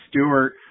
Stewart